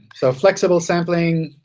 so flexible sampling,